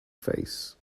face